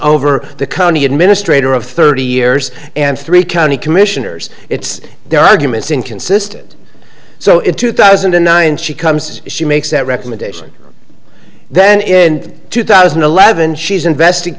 over the county administrator of thirty years and three county commissioners it's their arguments inconsistent so in two thousand and nine she comes she makes that recommendation then in two thousand and eleven she's invest